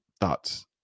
thoughts